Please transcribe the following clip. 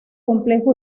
complejo